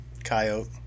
Coyote